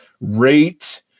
rate